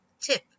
Tip